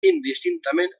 indistintament